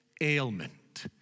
ailment